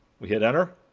we hit enter.